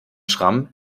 schrammen